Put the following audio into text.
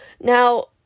Now